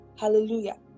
hallelujah